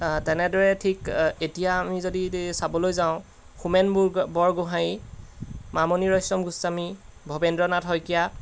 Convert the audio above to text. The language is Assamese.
তেনেদৰে ঠিক এতিয়া আমি যদি চাবলৈ যাওঁ হোমেন বৰগোহাঞি মামণি ৰয়ছম গোস্বামী ভৱেন্দ্ৰনাথ শইকীয়া